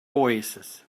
oasis